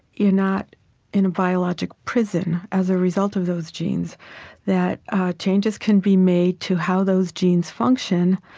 you're not in a biologic prison as a result of those genes that changes can be made to how those genes function,